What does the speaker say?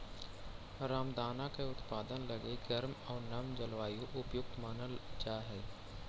रामदाना के उत्पादन लगी गर्म आउ नम जलवायु उपयुक्त मानल जा हइ